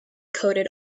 coated